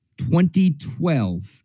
2012